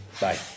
Bye